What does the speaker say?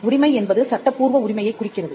உரிமை என்பது சட்டப்பூர்வ உரிமையைக் குறிக்கிறது